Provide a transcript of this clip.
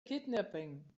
kidnapping